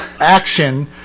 action